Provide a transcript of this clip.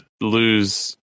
lose